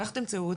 איך תמצאו אותה?